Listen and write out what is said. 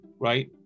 right